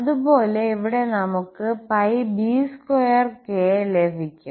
അതുപോലെ ഇവിടെ നമുക് bk2 ലഭിക്കും